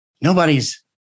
Nobody's